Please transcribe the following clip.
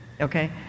okay